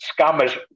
scammers